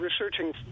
researching